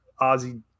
Ozzy